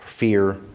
fear